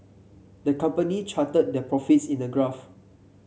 the company charted their profits in a graph